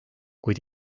kuid